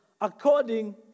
according